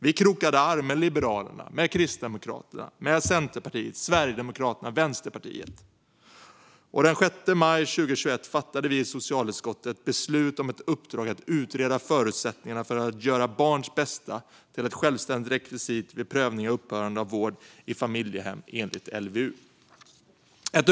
Vi krokade arm med Liberalerna, Kristdemokraterna, Centerpartiet, Sverigedemokraterna och Vänsterpartiet, och den 6 maj 2021 fattade vi i socialutskottet beslut om ett uppdrag att utreda förutsättningarna för att göra barns bästa till ett självständigt rekvisit vid prövningen av upphörande av vård i familjehem enligt LVU.